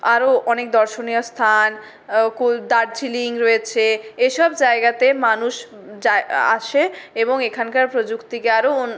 আরও অনেক দর্শনীয় স্থান দার্জিলিং রয়েছে এসব জায়গাতে মানুষ যায় আসে এবং এখানকার প্রযুক্তিকে আরও